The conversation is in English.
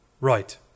Right